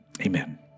amen